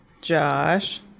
Josh